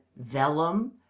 vellum